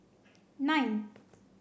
nine